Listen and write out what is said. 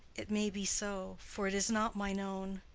it may be so, for it is not mine own.